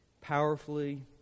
powerfully